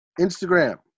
Instagram